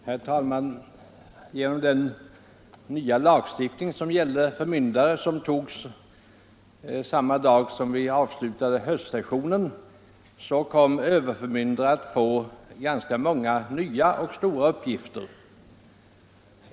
» Herr talman! Genom den nya lagstiftning om förmynderskap som antogs samma dag som vi avslutade höstsessionen ålades överförmyndare ganska många nya och stora uppgifter.